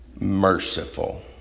merciful